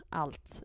allt